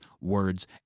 words